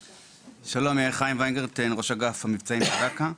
שלום, חיים וינגרטן, ראש אגף המבצעים של זק"א.